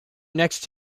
next